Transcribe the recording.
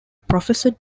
professor